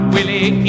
Willie